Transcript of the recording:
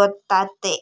ಗೊತತೆ